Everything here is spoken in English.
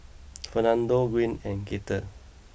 Fernando Gwyn and Gaither